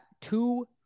two